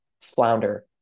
flounder